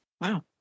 Wow